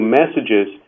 messages